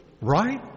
Right